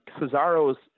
Cesaro's